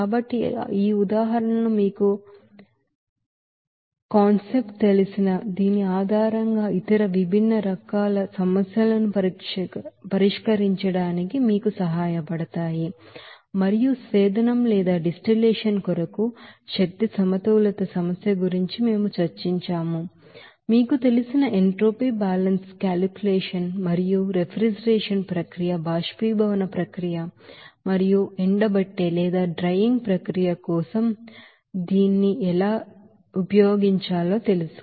కాబట్టి ఈ ఉదాహరణలు మీకు కాన్సెప్ట్ తెలిసిన దీని ఆధారంగా ఇతర విభిన్న రకాల సమస్యలను పరిష్కరించడానికి మీకు సహాయపడతాయి మరియు డిస్టిలేషన్ కొరకు ఎనర్జీ బాలన్స్ సమస్య గురించి మేము చర్చించాము మీకు తెలిసిన ఎంట్రోపీ బ్యాలెన్స్ కాలిక్యులేషన్ మరియు మీకు రిఫ్రిజిరేషన్ ప్రక్రియ అవపోరాశిన్ ప్రాసెస్ మరియు ఈ ఎండబెట్టే ప్రక్రియ కోసం దీన్ని ఎలా చేయాలో మీకు తెలుసు